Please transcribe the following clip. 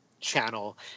channel